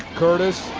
curtis,